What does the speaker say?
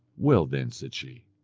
well, then said she,